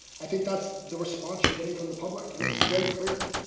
i think that's the response you're getting from the public and it's very clear.